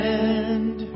end